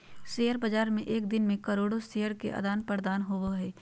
share बाज़ार में एक दिन मे करोड़ो शेयर के आदान प्रदान होबो हइ